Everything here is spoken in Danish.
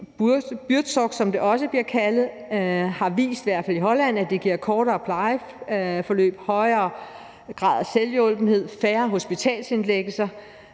Buurtzorgs, som det også bliver kaldt – har vist, i hvert fald i Holland, at det giver kortere plejeforløb, en højere grad af selvhjulpenhed og færre hospitalsindlæggelser,